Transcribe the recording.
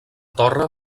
torre